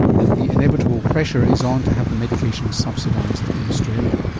and the inevitable pressure is on to have the medication subsidised in australia. um